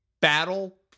battle